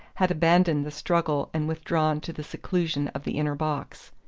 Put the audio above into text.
had abandoned the struggle and withdrawn to the seclusion of the inner box.